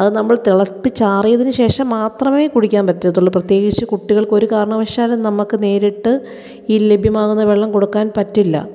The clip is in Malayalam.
അത് നമ്മൾ തിളപ്പിച്ചാറിയതിനു ശേഷം മാത്രമേ കുടിക്കാൻ പറ്റത്തുള്ളൂ പ്രത്യേകിച്ച് കുട്ടികൾക്ക് ഒരു കാരണവശാലും നമുക്ക് നേരിട്ട് ഈ ലഭ്യമാകുന്ന വെള്ളം കൊടുക്കാൻ പറ്റില്ല